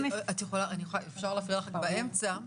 אם אפשר להפריע לך באמצע,